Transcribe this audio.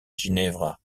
ginevra